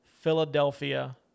Philadelphia